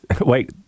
wait